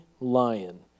lion